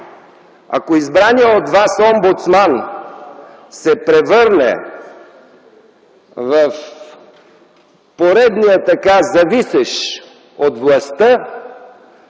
Ако избраният от вас омбудсман се превърне в поредния зависещ от властта,